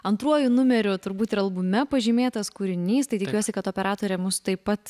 antruoju numeriu turbūt ir albume pažymėtas kūrinys tai tikiuosi kad operatorė mus taip pat